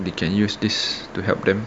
they can use this to help them